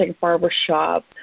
barbershop